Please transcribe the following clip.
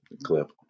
clip